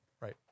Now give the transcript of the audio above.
Right